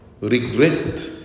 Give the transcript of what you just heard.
regret